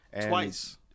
twice